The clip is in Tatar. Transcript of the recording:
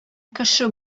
кеше